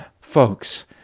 folks